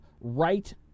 right